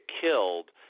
killed